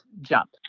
jump